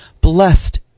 Blessed